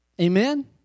Amen